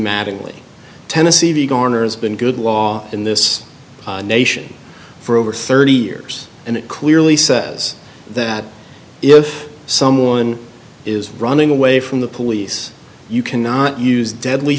mattingly tennesee the garners been good law in this nation for over thirty years and it clearly says that if someone is running away from the police you cannot use deadly